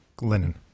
Linen